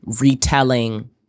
retelling